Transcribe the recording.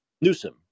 Newsom